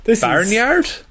Barnyard